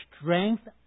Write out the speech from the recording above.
strength